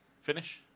finish